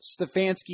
Stefanski